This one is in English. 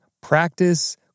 practice